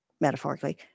Metaphorically